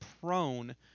prone